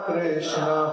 Krishna